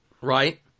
Right